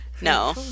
No